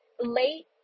late